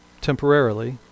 temporarily